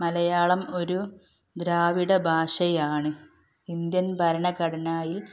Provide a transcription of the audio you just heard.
മലയാളം ഒരു ദ്രാവിഡ ഭാഷയാണ് ഇന്ത്യൻ ഭരണഘടനയിൽ